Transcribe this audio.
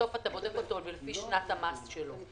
בסוף אתה בודק אותו לפי שנת המס שלו.